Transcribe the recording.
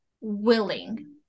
willing